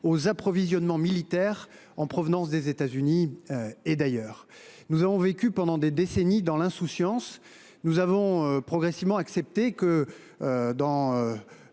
approvisionnements militaires en provenance des États Unis et d’ailleurs. Nous avons vécu pendant des décennies dans l’insouciance, acceptant progressivement que, dans